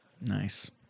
Nice